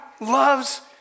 loves